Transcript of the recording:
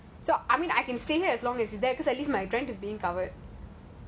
so I mean I can stay here as long as I dare just as long as my rent is recovered